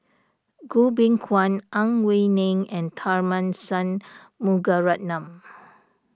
Goh Beng Kwan Ang Wei Neng and Tharman Shanmugaratnam